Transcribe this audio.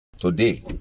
Today